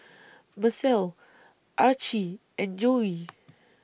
Macel Archie and Joe